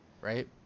Right